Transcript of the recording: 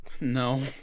No